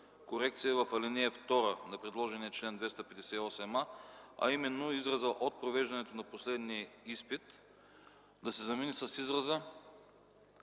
корекция в ал. 2 на предложения чл. 258а, а именно изразът „от провеждането на последния изпит” да се замени с израза